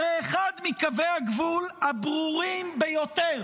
הרי אחד מקווי הגבול הברורים ביותר